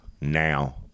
now